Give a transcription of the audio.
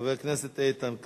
חבר הכנסת איתן כבל,